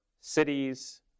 cities